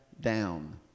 down